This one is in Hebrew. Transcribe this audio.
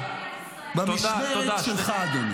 במשמרת שלך, אדוני.